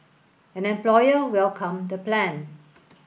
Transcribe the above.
an employer welcomed the plan